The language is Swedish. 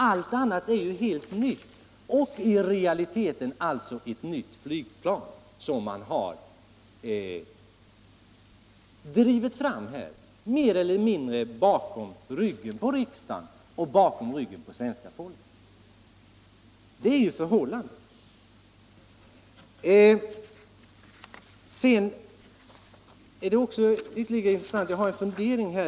Allt annat är ju helt nytt, och i realiteten är det alltså ett nytt flygplan som man har drivit fram, mer eller mindre bakom ryggen på riksdagen och svenska folket. Sedan är det ytterligare en intressant sak. Jag har en fundering här.